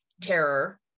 terror